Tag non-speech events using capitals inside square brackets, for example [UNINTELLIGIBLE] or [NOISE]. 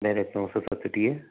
[UNINTELLIGIBLE] सौ सतटीह